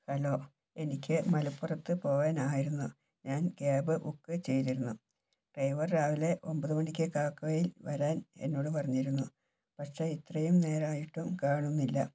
hello എനിക്ക് മലപ്പുറത്ത് പോവാൻ ആയിരുന്നു ഞാൻ ക്യാബ് ബുക്ക് ചെയ്തിരുന്നു ഡ്രൈവർ രാവിലെ ഒൻപത് മണിക്ക് കാക്കുയയിൽ വരാൻ എന്നോട് പറഞ്ഞിരുന്നു പക്ഷേ ഇത്രയും നേരമായിട്ടും കാണുന്നില്ല